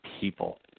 people